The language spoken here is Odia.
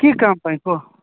କି କାମ୍ ପାଇଁ କହ